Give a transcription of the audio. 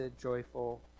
joyful